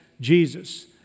Jesus